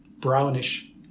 brownish